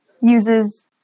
uses